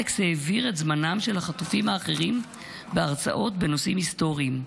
אלכס העביר את זמנם של החטופים האחרים בהרצאות בנושאים היסטוריים.